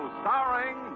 starring